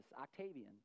Octavian